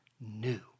new